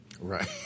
Right